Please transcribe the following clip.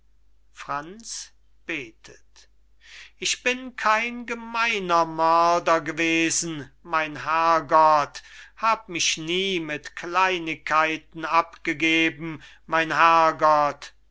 franz betet ich bin kein gemeiner mörder gewesen mein herrgott hab mich nie mit kleinigkeiten abgegeben mein